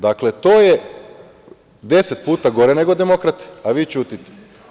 Dakle, to je deset puta gore nego demokrate, a vi ćutite.